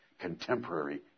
contemporary